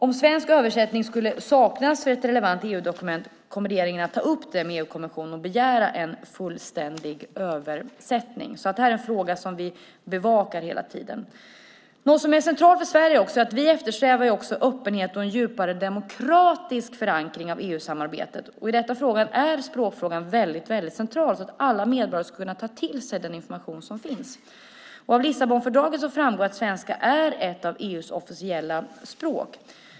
Om svensk översättning skulle saknas för ett relevant EU-dokument kommer regeringen att ta upp det med EU-kommissionen och begära en översättning. Det är en fråga som vi hela tiden bevakar. Något som är centralt för Sverige är att vi eftersträvar öppenhet och en djupare demokratisk förankring av EU-samarbetet. I detta sammanhang är språkfrågan väldigt central så att alla medborgare ska kunna ta till sig den information som finns. Av Lissabonfördraget framgår att svenska är ett av EU:s officiella språk.